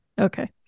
Okay